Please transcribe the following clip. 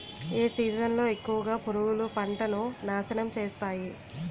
ఏ season లో ఎక్కువుగా పురుగులు పంటను నాశనం చేస్తాయి?